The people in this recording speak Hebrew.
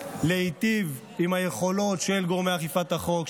ולהיטיב עם היכולות של גורמי אכיפת החוק,